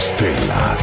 Stella